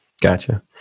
Gotcha